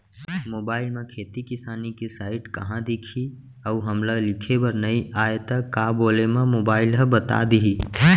Mobile म खेती किसानी के साइट कहाँ दिखही अऊ हमला लिखेबर नई आय त का बोले म मोबाइल ह बता दिही?